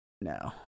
No